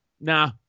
Nah